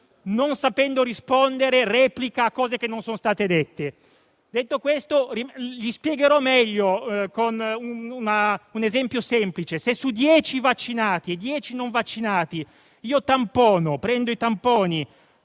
non sapendo rispondere, replica a cose che non sono state dette. Detto questo spiegherò meglio con un esempio semplice; se su dieci vaccinati e dieci non vaccinati, prendo i tamponi